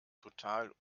total